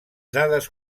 dades